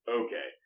okay